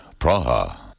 Praha